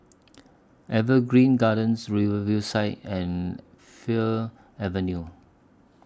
Evergreen Gardens Riverview Side and Fir Avenue